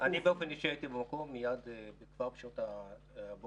אני באופן אישי הייתי במקום כבר בשעות הבוקר